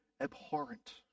abhorrent